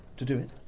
to do it?